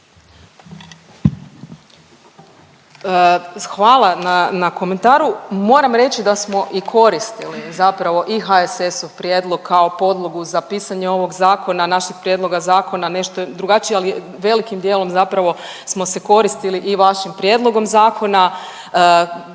Hvala na, na komentaru, moram reći da smo i koristili zapravo i HSS-ov prijedlog kao podlogu za pisanje ovog zakona, našeg prijedloga zakona, nešto je drugačiji, ali velikim dijelom zapravo smo se koristili i vašim prijedlogom zakona.